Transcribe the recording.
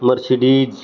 Mercedes